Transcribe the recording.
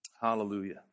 Hallelujah